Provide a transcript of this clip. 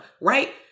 right